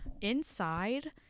Inside